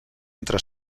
entre